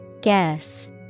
Guess